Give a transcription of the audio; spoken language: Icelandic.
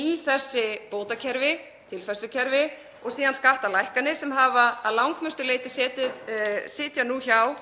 í þessi bótakerfi, tilfærslukerfi, og síðan í skattalækkanir sem að langmestu leyti sitja nú þar